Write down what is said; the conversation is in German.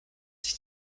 sich